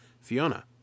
Fiona